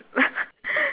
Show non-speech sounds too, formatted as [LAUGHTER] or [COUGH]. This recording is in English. [LAUGHS]